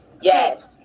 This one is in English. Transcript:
Yes